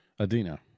Adina